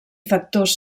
factors